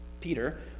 Peter